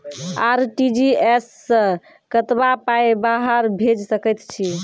RTGS सअ कतबा पाय बाहर भेज सकैत छी?